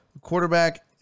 Quarterback